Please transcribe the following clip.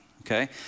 okay